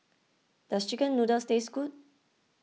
does Chicken Noodles taste good